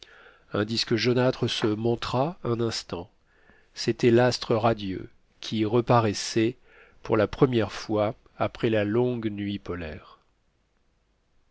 un disque jaunâtre se montra un instant c'était l'astre radieux qui reparaissait pour la première fois après la longue nuit polaire